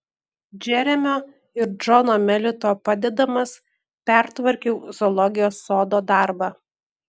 džeremio ir džono melito padedamas pertvarkiau zoologijos sodo darbą